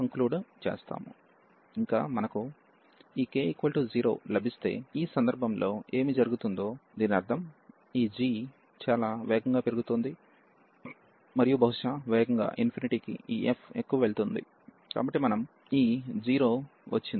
ఇంకా మనకు ఈ k 0 లభిస్తే ఈ సందర్భంలో ఏమి జరుగుతుందో దీని అర్థం ఈ g చాలా వేగంగా పెరుగుతోంది మరియు బహుశా వేగంగా కి ఈ f ఎక్కువ వెళుతుంది కాబట్టి మనకు ఈ 0 వచ్చింది